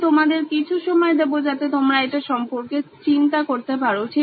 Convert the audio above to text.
আমি তোমাদের কিছু সময় দেবো যাতে তোমরা এটা সম্পর্কে চিন্তা করতে পারো